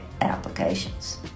applications